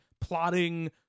plotting